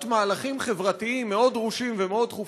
מהלכים חברתיים מאוד דרושים ומאוד דחופים,